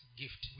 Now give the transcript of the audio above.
gift